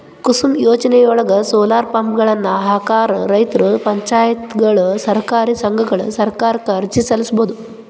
ಕುಸುಮ್ ಯೋಜನೆಯೊಳಗ, ಸೋಲಾರ್ ಪಂಪ್ಗಳನ್ನ ಹಾಕಾಕ ರೈತರು, ಪಂಚಾಯತ್ಗಳು, ಸಹಕಾರಿ ಸಂಘಗಳು ಸರ್ಕಾರಕ್ಕ ಅರ್ಜಿ ಸಲ್ಲಿಸಬೋದು